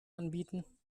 anbieten